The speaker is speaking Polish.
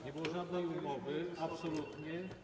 Nie było żadnej umowy, absolutnie.